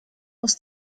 aus